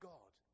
God